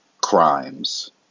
crimes